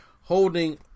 holding